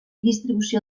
distribució